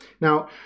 Now